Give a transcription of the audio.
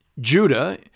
Judah